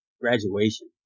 graduation